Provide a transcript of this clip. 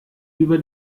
über